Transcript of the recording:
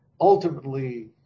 ultimately